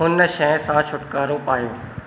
हुन शइ सां छुटकारो पायो